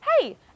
Hey